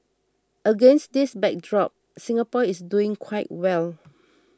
against this backdrop Singapore is doing quite well